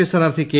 P സ്ഥാനാർത്ഥി K